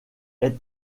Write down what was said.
est